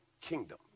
kingdom